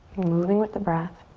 moving with the breath.